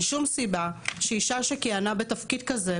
אין שום סיבה שאישה שכיהנה בתפקיד כזה,